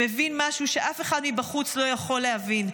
מבין משהו שאף אחד מבחוץ לא יכול להבין.